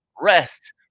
rest